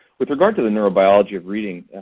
with regard to the neurobiology of reading,